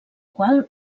qual